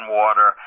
water